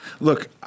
look